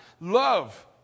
Love